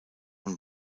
und